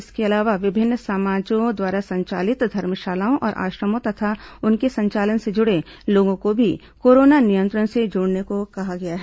इसके अलावा विभिन्न समाजों द्वारा संचालित धर्मशालाओं और आश्रमों तथा उनके संचालन से जुड़े लोगों को भी कोरोना नियंत्रण से जोड़ने कहा गया है